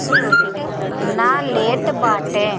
शुल्क ना लेत बाटे